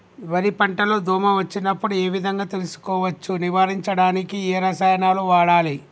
వరి పంట లో దోమ వచ్చినప్పుడు ఏ విధంగా తెలుసుకోవచ్చు? నివారించడానికి ఏ రసాయనాలు వాడాలి?